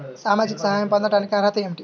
సామాజిక సహాయం పొందటానికి అర్హత ఏమిటి?